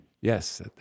yes